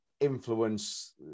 influence